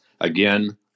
again